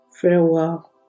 farewell